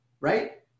right